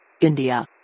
India